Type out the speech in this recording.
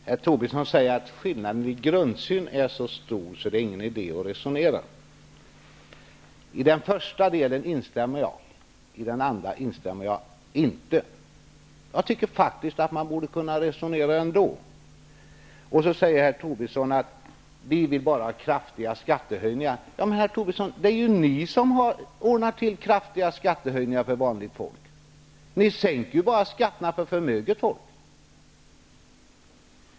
Fru talman! Herr Tobisson säger att skillnaden i grundsynen är så stor, att det inte är någon idé att resonera. I den första delen instämmer jag, den andra delen instämmer jag inte i. Jag tycker faktiskt att man borde kunna resonera ändå. Så säger herr Tobisson att vi bara vill ha kraftiga skattehöjningar. Men, herr Tobisson, det är ni som har ordnat till kraftiga skattehöjningar för vanligt folk. Ni sänker ju skatterna bara för förmöget folk.